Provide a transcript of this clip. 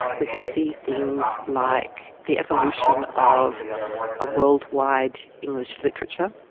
we can see things like the evolution of a worldwide english literature,